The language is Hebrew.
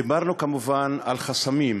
דיברנו כמובן על חסמים.